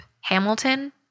Hamilton